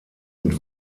mit